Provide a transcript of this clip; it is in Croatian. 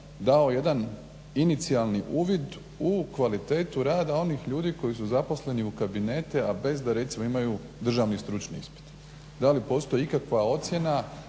dao jedan inicijalni uvid u kvalitetu rada onih ljudi koji su zaposleni u kabinete, a bez da recimo imaju državni stručni ispit. Da li postoji ikakva ocjena